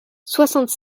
soixante